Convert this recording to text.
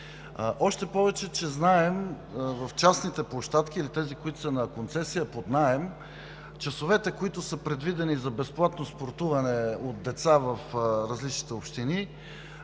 Още повече знаем, в частните площадки или тези, които са на концесия, под наем, часовете, които са предвидени за безплатно спортуване от деца в различните общини,